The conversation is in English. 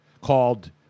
called